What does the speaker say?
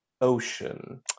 ocean